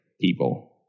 people